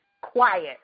quiet